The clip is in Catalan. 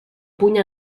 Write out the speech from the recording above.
puny